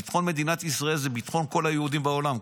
ביטחון מדינת ישראל זה ביטחון כל היהודים בעולם,